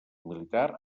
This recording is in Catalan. militar